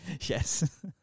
Yes